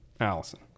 Allison